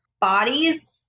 bodies